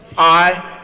i,